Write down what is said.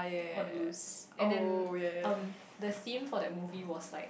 on loose and then um the theme for that movie was like